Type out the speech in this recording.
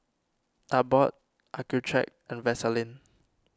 Abbott Accucheck and Vaselin